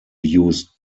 use